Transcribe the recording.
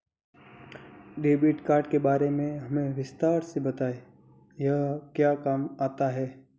Debit card के बारे में हमें विस्तार से बताएं यह क्या काम आता है?